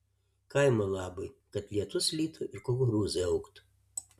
kaimo labui kad lietus lytų ir kukurūzai augtų